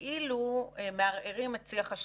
כאילו מערערים את שיח השליחות.